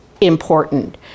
important